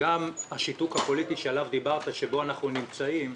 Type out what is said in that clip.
השיתוק הפוליטי שעליו דיברת, שבו אנחנו נמצאים,